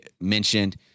mentioned